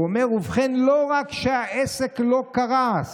הוא אומר: "ובכן, לא רק שהעסק לא קרס,